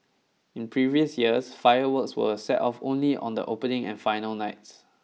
in previous years fireworks were set off only on the opening and final nights